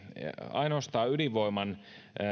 ainoastaan ydinvoiman